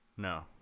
No